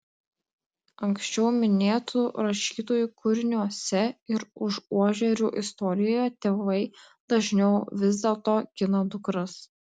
anksčiau minėtų rašytojų kūriniuose ir užuožerių istorijoje tėvai dažniau vis dėlto gina dukras